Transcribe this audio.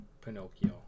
Pinocchio